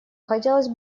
хотелось